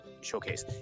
showcase